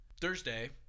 Thursday